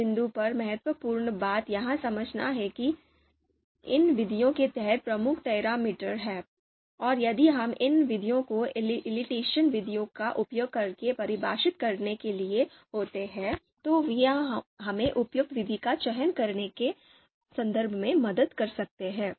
इस बिंदु पर महत्वपूर्ण बात यह समझना है कि इन विधियों के तहत प्रमुख पैरामीटर हैं और यदि हम इन विधियों को elicitation विधियों का उपयोग करके परिभाषित करने के लिए होते हैं तो यह एक उपयुक्त विधि का चयन करने के संदर्भ में हमारी मदद कर सकता है